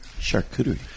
charcuterie